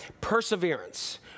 perseverance